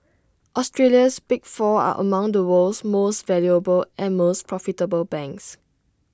Australia's big four are among the world's most valuable and most profitable banks